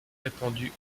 répandu